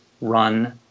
run